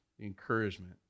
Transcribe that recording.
encouragement